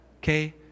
okay